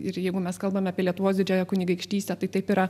ir jeigu mes kalbame apie lietuvos didžiąją kunigaikštystę tai taip yra